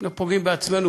אנחנו פוגעים בעצמנו,